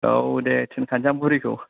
औ दे थिनखानसां बुरिखौ